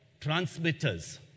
transmitters